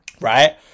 right